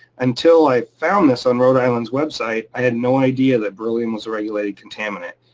until i found this on rhode island's website, i had no idea that beryllium was a regulated contaminant.